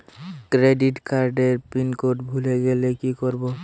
Credit কার্ডের pin code ভুলে গেলে কি করব?